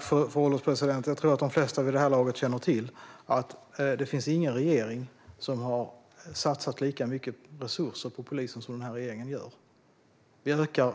Fru ålderspresident! Jag tror att de flesta vid det här laget känner till att det inte finns någon regering som har satsat lika mycket resurser på polisen som denna regering gör. Vi ökar